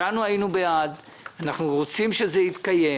כולנו היינו בעד ואנחנו רוצים שזה יתקיים